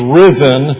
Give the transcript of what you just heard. risen